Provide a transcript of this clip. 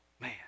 Man